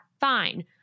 fine